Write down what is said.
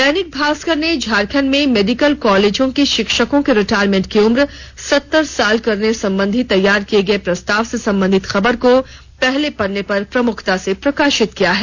दैनिक भास्कर ने झारखंड में मेडिकल कॉलेजों के शिक्षकों के रिटायरमेंट की उम्र सत्तर साल करने संबंधी तैयार किए गए प्रस्ताव से संबंधित खबर को पहले पन्ने पर प्रमुखता से प्रकाशित किया है